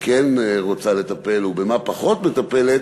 כן רוצה לטפל ובמה היא פחות מטפלת,